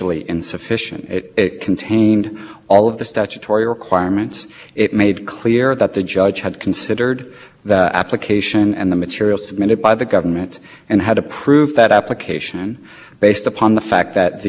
assistant attorney general who had that authority under a very specific a memorandum although it didn't include all of the statutory requirements did it because under four d one of the requirements that has to be in each